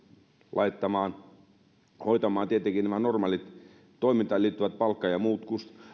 hoitamaan tietenkin nämä normaalit toimintaan liittyvät palkka ja muut